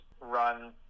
run